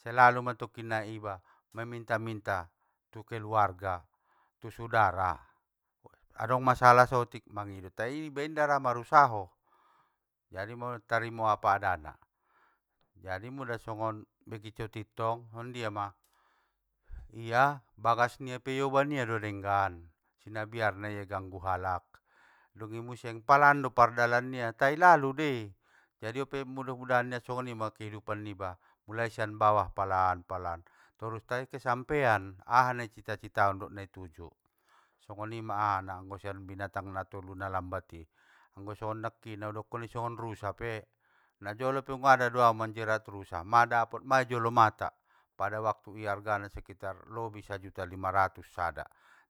Selalu ma tokkin nai iba maminta minta tu keluarga, tu sudara, adong masalah sotik mangido tai iba inda ra marusaho. Jadi ma- tarimo apa adana, jadi mula songon bekicot i tong, songondiama? Ia, bagas nia pe ioban ia do denggan, sinabiarna ia i ganggu halak, dungi muse palan do pardalan nia tai lalu dei! Jadi hope mudah mudahan nia songonima kehidupan niba, mulai sian bawah palan palan, torus tai kesampean, aha na icita citaon dot nai tuju, songonima ahana anggo sian binatang natolu na lambat i, anggo songon nakkin nau dokon i songon rusa pe, najolo pe ungada dau manjerat rusa, madapot mai jolo mata, pada waktui argana sekitar, lobi sajuta limaratus sada,